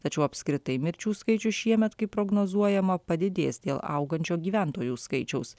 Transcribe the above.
tačiau apskritai mirčių skaičius šiemet kaip prognozuojama padidės dėl augančio gyventojų skaičiaus